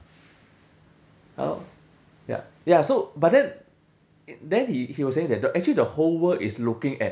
ya lor ya ya so but then then he he was saying that the actually the whole world is looking at